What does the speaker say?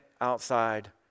outside